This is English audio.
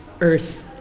Earth